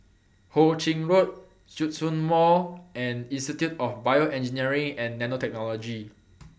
Ho Ching Road Djitsun Mall and Institute of Bioengineering and Nanotechnology